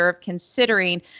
considering